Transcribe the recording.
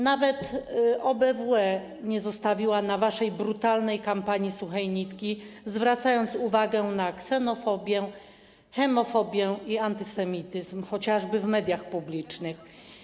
Nawet OBWE nie zostawiła na waszej brutalnej kampanii suchej nitki, zwracając uwagę na ksenofobię, homofobię i antysemityzm chociażby w mediach publicznych.